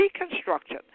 Reconstruction